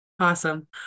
Awesome